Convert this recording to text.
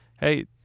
hey